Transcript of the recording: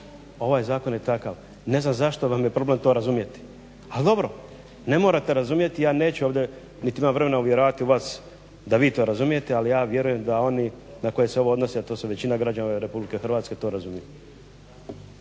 Ovaj zakon je takav. Ne znam zašto vam je problem to razumjeti ali dobro, ne morate razumjeti, ja neću ovdje niti imam vremena uvjeravati vas da vi to razumijete ali ja vjerujem da oni na koji se ovo odnosi, a to su većina građana Republike Hrvatske to razumiju.